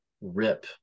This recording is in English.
rip